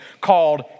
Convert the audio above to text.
called